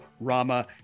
Rama